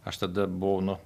aš tada buvau nu